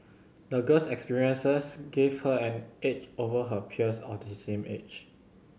the girl's experiences gave her an edge over her peers of the same age